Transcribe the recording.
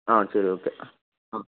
ஆ சரி ஓகே ஆ